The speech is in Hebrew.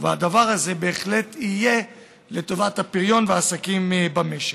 והדבר הזה בהחלט יהיה לטובת הפריון והעסקים במשק.